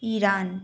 Iran